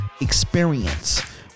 experience